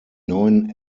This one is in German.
neuen